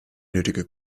nötige